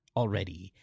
already